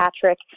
Patrick